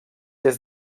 des